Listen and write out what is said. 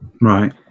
right